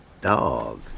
dog